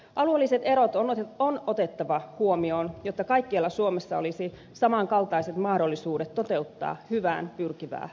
alueelliset erot on otettava huomioon jotta kaikkialla suomessa olisi saman kaltaiset mahdollisuudet toteuttaa hyvään pyrkivää lakia